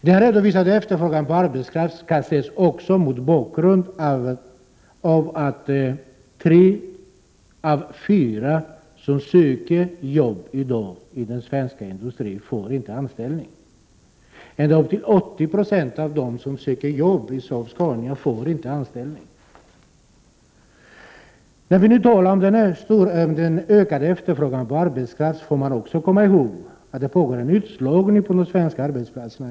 Den redovisade efterfrågan på arbetskraft skall också ses mot bakgrund av att tre av fyra som i dag söker jobb inom den svenska industrin inte får anställning. Ända uppemot 80 I av dem som söker arbete hos Saab-Scania får inte anställning. När vi nu talar om den ökade efterfrågan på arbetskraft skall vi även Prot. 1988/89:28 komma ihåg att det i dag pågår en utslagning på de svenska arbetsplatserna.